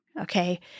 okay